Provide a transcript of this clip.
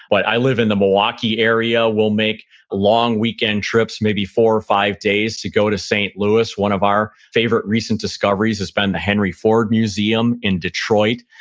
but i live in the milwaukee area, we'll make long weekend trips, maybe four or five days, to go to st. louis. one of our favorite recent discoveries has been the henry ford museum in detroit.